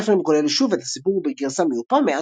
ג'פרי מגולל שוב את הסיפור בגרסה מיופה מעט,